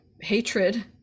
hatred